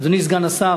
אדוני סגן השר,